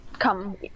come